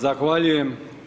Zahvaljujem.